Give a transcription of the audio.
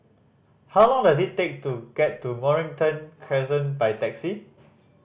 how long does it take to get to Mornington Crescent by taxi